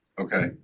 Okay